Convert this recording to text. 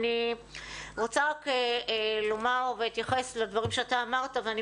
אני רוצה רק להתייחס לדברים שאתה אמרת ואני